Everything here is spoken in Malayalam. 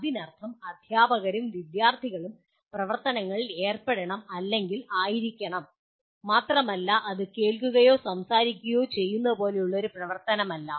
അതിനർത്ഥം അധ്യാപകരും വിദ്യാർത്ഥിയും പ്രവർത്തനങ്ങളിൽ ഏർപ്പെടണം അല്ലെങ്കിൽ ആയിരിക്കണം മാത്രമല്ല അത് കേൾക്കുകയോ സംസാരിക്കുകയോ ചെയ്യുന്നതുപോലുള്ള ഒരു പ്രവർത്തനമല്ല